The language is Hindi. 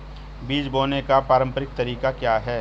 बीज बोने का पारंपरिक तरीका क्या है?